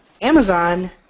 Amazon